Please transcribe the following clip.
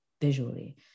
visually